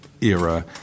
era